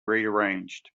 rearranged